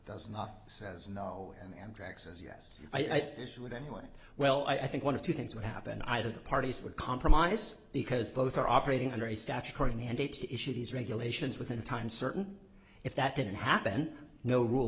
does not says no and amtrak says yes i think it should anyway well i think one of two things would happen either the parties would compromise because both are operating under a statutory mandate to issue these regulations within a time certain if that didn't happen no rule